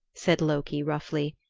said loki roughly.